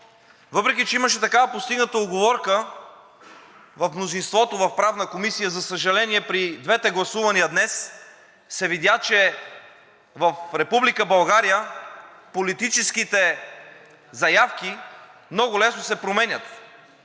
Въпреки че имаше такава постигната уговорка в мнозинството в Правната комисия, за съжаление, при двете гласувания днес се видя, че в Република България политическите заявки много лесно се променят.